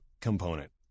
component